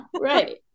Right